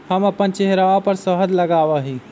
हम अपन चेहरवा पर शहद लगावा ही